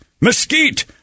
Mesquite